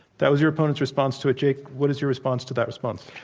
that was your opponent's response to it jake. what is your response to that response?